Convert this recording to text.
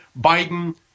Biden